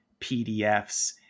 PDFs